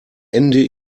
ende